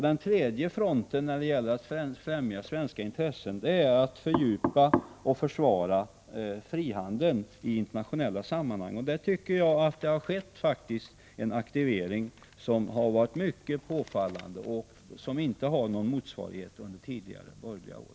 Den tredje fronten när det gäller att främja svenska intressen är att fördjupa och försvara frihandeln i internationella sammanhang. Där tycker jag att det har skett en mycket påfallande aktivering, som inte hade någon motsvarighet under de borgerliga åren.